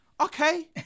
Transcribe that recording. okay